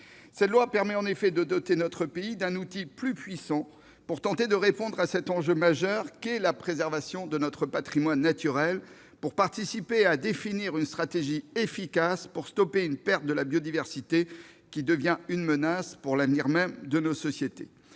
de loi permet en effet de doter notre pays d'un outil plus puissant pour tenter de faire face à cet enjeu majeur, la préservation de notre patrimoine naturel, et pour participer à la définition d'une stratégie efficace visant à stopper la perte de la biodiversité, une menace pour l'avenir même de nos sociétés.